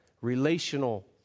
relational